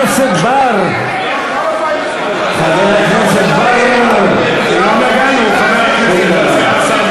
חבר הכנסת בר, נא לשבת.